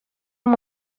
اون